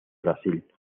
brasil